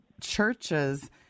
churches